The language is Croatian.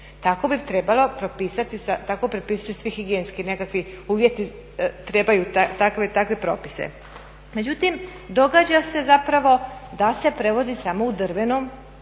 tako bi trebalo propisati, tako propisuju svi higijenski nekakvi uvjeti trebaju takve propise. Međutim, događa se zapravo da se prevozi samo u drvenom